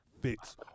fits